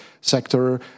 sector